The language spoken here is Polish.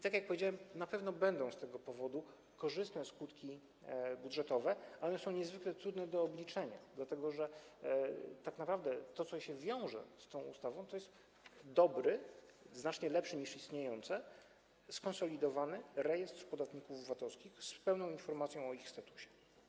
Tak jak powiedziałem, na pewno będą z tego powodu korzystne skutki budżetowe, ale one są niezwykle trudne do obliczenia, dlatego że tak naprawdę to co wiąże się z tą ustawą, to jest dobry, znacznie lepszy niż istniejące skonsolidowany rejestr podatników VAT-owskich z pełną informacją o ich statusie.